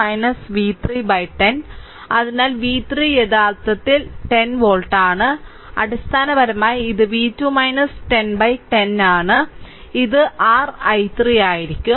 അതിനാൽ v 3 യഥാർത്ഥത്തിൽ 10 volt അതിനാൽ അടിസ്ഥാനപരമായി ഇത് v2 1010 അതിനാൽ ഇത് r i3 ആയിരിക്കും